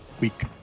week